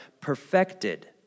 perfected